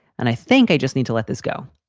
and i think i just need to let this go.